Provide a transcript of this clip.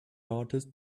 artist